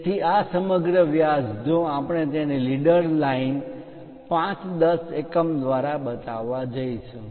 તેથી આ સમગ્ર વ્યાસ જો આપણે તેને લીડર લાઇન 5 10 એકમ દ્વારા બતાવવા જઈશું